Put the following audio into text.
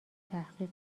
تحقیق